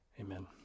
amen